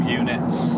units